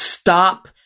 Stop